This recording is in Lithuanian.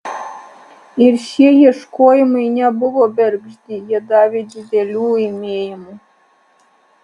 ir šie ieškojimai nebuvo bergždi jie davė didelių laimėjimų